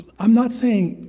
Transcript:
i'm not saying,